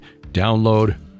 download